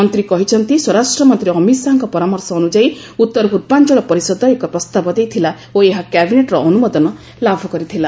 ମନ୍ତ୍ରୀ କହିଛନ୍ତି ସ୍ୱରାଷ୍ଟ୍ର ମନ୍ତ୍ରୀ ଅମିତ ଶାହାଙ୍କ ପରାମର୍ଶ ଅନୁଯାୟୀ ଉତ୍ତର ପୂର୍ବାଞ୍ଚଳ ପରିଷଦ ଏକ ପ୍ରସ୍ତାବ ଦେଇଥିଲା ଓ ଏହା କ୍ୟାବିନେଟ୍ର ଅନୁମୋଦନ ଲାଭ କରିଥିଲା